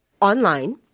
online